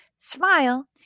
Smile